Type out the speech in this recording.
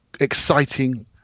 exciting